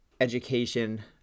education